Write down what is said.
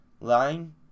line